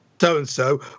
so-and-so